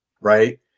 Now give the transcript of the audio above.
right